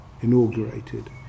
inaugurated